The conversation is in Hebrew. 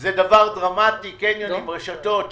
זה דבר דרמטי קניון עם רשתות שיווק,